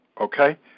Okay